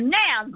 now